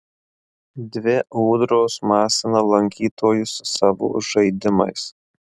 dvi ūdros masina lankytojus savo žaidimais